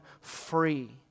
free